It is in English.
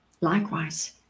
Likewise